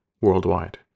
worldwide